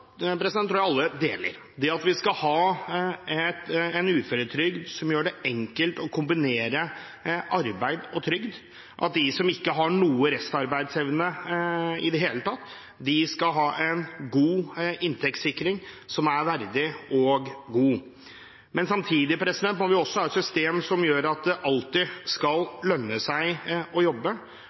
tror jeg alle deler, det at vi skal ha en uføretrygd som gjør det enkelt å kombinere arbeid og trygd, at de som ikke har noe restarbeidsevne i det hele tatt, skal ha en inntektssikring som er verdig og god. Men samtidig må vi ha et system som gjør at det alltid skal lønne seg å jobbe.